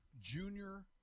Junior